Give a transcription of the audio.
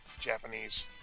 Japanese